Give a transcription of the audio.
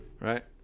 Right